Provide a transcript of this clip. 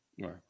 right